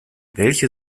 welche